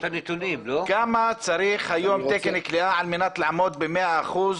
מה צריך להיות היום תקן כליאה על מנת לעמוד במאה אחוז,